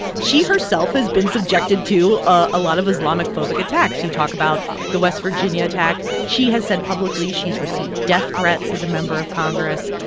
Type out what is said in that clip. she herself has been subjected to ah a lot of islamic-phobic attacks. you talk about the west virginia attack. she has said publicly she's received death threats as a member of congress.